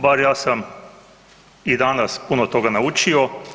Bar ja sam i danas puno toga naučio.